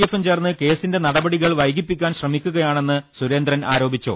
എഫും ചേർന്ന് കേസിന്റെ നടപടി കൾ വൈകിപ്പിക്കാൻ ശ്രമിക്കുകയാണെന്ന് സുരേന്ദ്രൻ ആരോപിച്ചു